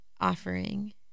offering